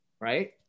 right